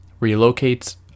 relocates